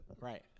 right